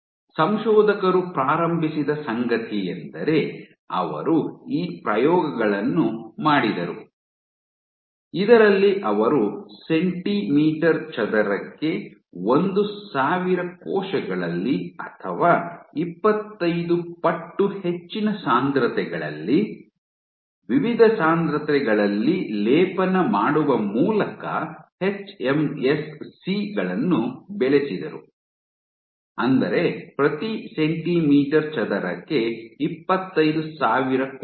ಸಂಶೋಧಕರು ಪ್ರಾರಂಭಿಸಿದ ಸಂಗತಿಯೆಂದರೆ ಅವರು ಈ ಪ್ರಯೋಗಗಳನ್ನು ಮಾಡಿದರು ಇದರಲ್ಲಿ ಅವರು ಸೆಂಟಿಮೀಟರ್ ಚದರಕ್ಕೆ ಒಂದು ಸಾವಿರ ಕೋಶಗಳಲ್ಲಿ ಅಥವಾ ಇಪ್ಪತ್ತೈದು ಪಟ್ಟು ಹೆಚ್ಚಿನ ಸಾಂದ್ರತೆಗಳಲ್ಲಿ ವಿವಿಧ ಸಾಂದ್ರತೆಗಳಲ್ಲಿ ಲೇಪನ ಮಾಡುವ ಮೂಲಕ ಎಚ್ಎಂಎಸ್ಸಿ ಗಳನ್ನು ಬೆಳೆಸಿದರು ಅಂದರೆ ಪ್ರತಿ ಸೆಂಟಿಮೀಟರ್ ಚದರಕ್ಕೆ ಇಪ್ಪತ್ತೈದು ಸಾವಿರ ಕೋಶಗಳು